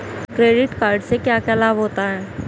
Credit card से क्या क्या लाभ होता है?